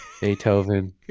Beethoven